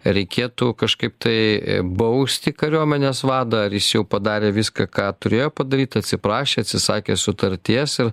reikėtų kažkaip tai bausti kariuomenės vadą ar jis jau padarė viską ką turėjo padaryt atsiprašė atsisakė sutarties ir